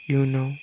इयुनाव